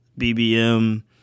BBM